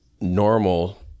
normal